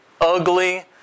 ugly